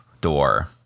door